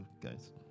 guys